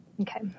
Okay